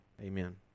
Amen